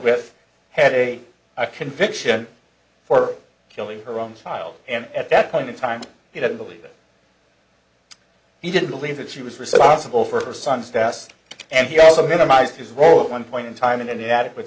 with had a conviction for killing her own child and at that point in time he didn't believe it he didn't believe that she was responsible for her son's desk and he also minimized his role of one point in time in an inadequate